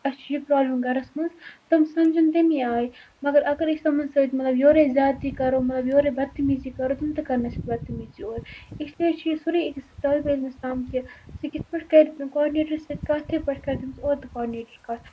اَسہِ چھِ یہِ پرٛابلِم گَرَس منٛز تِم سَمجھَن تمی آیہِ مگر اگر أسۍ تِمَن سۭتۍ مطلب یورَے زیادٕتی کَرو مطلب یورَے بدتمیٖزی کَرو تِم تہِ کَرَن اَسہِ بدتمیٖزی اورٕ اِسلیے چھِ یہِ سورُے أکِس طالبہٕ علمَس تام کہِ سُہ کِتھ پٲٹھۍ کَرِ کاڈنیٹرَس سۭتۍ کَتھ تہٕ پَتہٕ کَرِ تٔمِس اورٕ تہِ کاڈنیٹر کَتھ